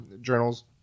journals